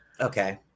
Okay